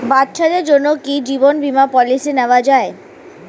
বাচ্চাদের জন্য কি জীবন বীমা পলিসি নেওয়া যায়?